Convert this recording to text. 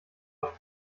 doch